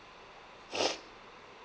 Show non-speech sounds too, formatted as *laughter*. *noise*